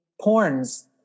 porns